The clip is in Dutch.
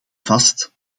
vast